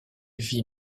vit